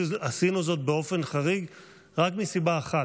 עשינו זאת באופן חריג רק מסיבה אחת: